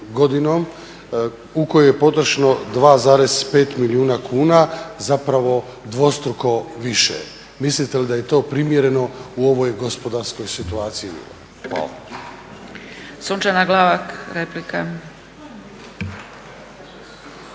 2012.godinom u kojoj je potrošeno 2,5 milijuna kuna zapravo dvostruko više. Mislite li da je to primjereno u ovoj gospodarskoj situaciji? Hvala.